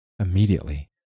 Immediately